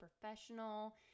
professional